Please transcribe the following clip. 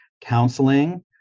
counseling